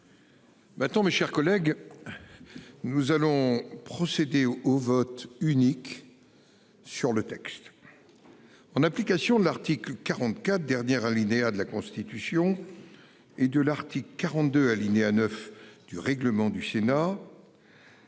Attends, mes chers collègues. Nous allons procéder au vote unique. Sur le texte. En application de l'article 44 dernier alinéa de la Constitution. Et de l'Arctique 42 alinéa 9 du règlement du Sénat.